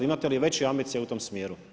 Imate li veće ambicije u tom smjeru?